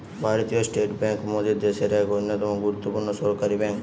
ভারতীয় state bank মোদের দ্যাশের এক অন্যতম গুরুত্বপূর্ণ সরকারি বেঙ্ক